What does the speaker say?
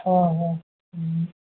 হয় হয়